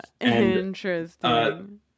Interesting